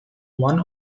one